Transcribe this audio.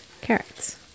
carrots